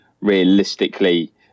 realistically